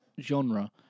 genre